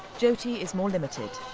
jyoti is more limited.